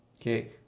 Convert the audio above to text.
Okay